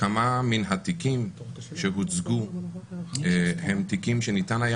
כמה מן התיקים שהוצגו הם תיקים שניתן היה